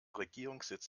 regierungssitz